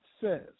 says